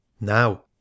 now